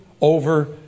over